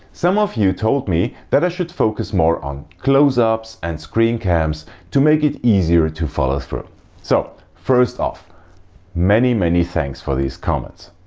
some of you told me that i should focus more on close-ups and screen cams to make it easier to follow through so first off many many thanks for these comments.